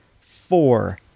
four